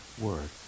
word